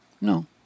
No